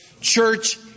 church